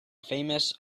famous